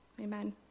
Amen